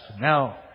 now